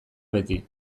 beti